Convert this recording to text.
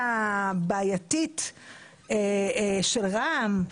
ההתנהלות הבעייתית של רע"מ,